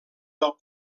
del